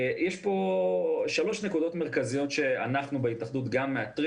יש פה שלוש נקודות מרכזיות שאנחנו בהתאחדות מאתרים